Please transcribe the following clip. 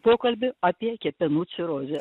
pokalbiu apie kepenų cirozę